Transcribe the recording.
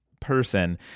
person